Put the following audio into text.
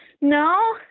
No